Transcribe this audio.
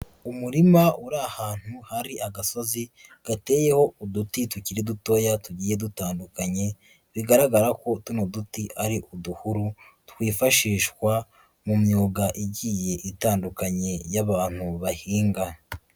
Umurima uri ahantu hari agasozi gateyeho uduti tukiri dutoya tugiye dutandukanye, bigaragara ko tuno duti ari uduhuru, twifashishwa mu myuga igiye itandukanye y'abantu bahinga.